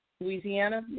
Louisiana